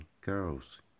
girls